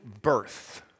birth